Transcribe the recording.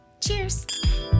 Cheers